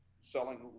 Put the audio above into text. selling